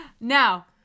Now